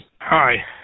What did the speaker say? Hi